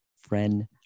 friend